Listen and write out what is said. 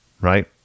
right